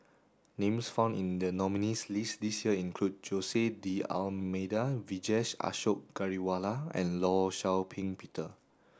names found in the nominees list this year include Jose D Almeida Vijesh Ashok Ghariwala and Law Shau Ping Peter